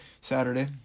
saturday